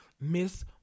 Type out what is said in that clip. Miss